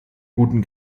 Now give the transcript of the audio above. guten